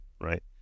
right